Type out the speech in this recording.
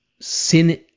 sin